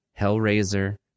Hellraiser